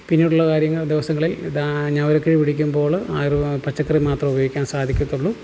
പിന്നീടുള്ള കാര്യങ്ങൾ ദിവസങ്ങളിൽ ഞവരക്കിഴി പിടിക്കുമ്പോൾ ആയുർവേദം പച്ചക്കറി മാത്രം ഉപയോഗിക്കാൻ സാധിക്കത്തുള്ളൂ